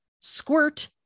squirt